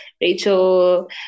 rachel